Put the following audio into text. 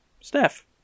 Steph